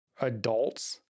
adults